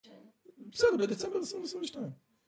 בסדר בדצמבר עשרים עשרים ושתיים.